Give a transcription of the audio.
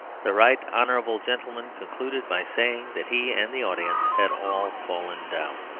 the right honourable gentleman concluded by saying that he and the audience had all fallen down.